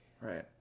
Right